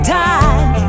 time